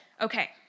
Okay